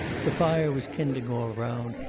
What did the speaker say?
the fire was kindling all round,